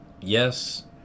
yes